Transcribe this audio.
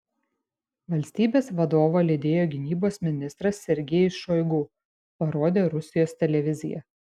valstybės vadovą lydėjo gynybos ministras sergejus šoigu parodė rusijos televizija